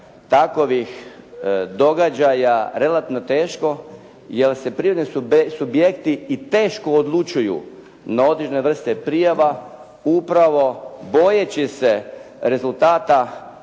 takovih događaja relativno teško jer se privredni subjekti i teško odlučuju na određene vrste prijava upravo bojeći se rezultata